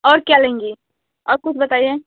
और क्या लेंगी और कुछ बताइए